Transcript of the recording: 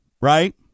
right